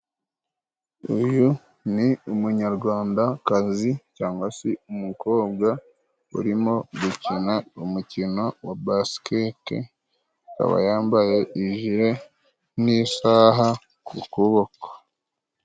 Uyu ni umunyarwandakazi cyangwa se umukobwa, urimo gukina umukino wa basikete. Aba yambaye ijire n'isaha ku kuboko.